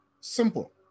simple